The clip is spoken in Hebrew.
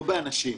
לא באנשים.